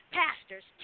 pastors